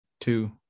two